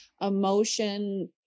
emotion